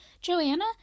Joanna